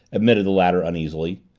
admitted the latter uneasily.